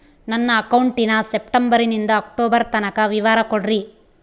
ನನ್ನ ಅಕೌಂಟಿನ ಸೆಪ್ಟೆಂಬರನಿಂದ ಅಕ್ಟೋಬರ್ ತನಕ ವಿವರ ಕೊಡ್ರಿ?